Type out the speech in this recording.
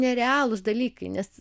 nerealūs dalykai nes